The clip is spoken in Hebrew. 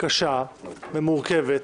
-- קשה ומורכבת,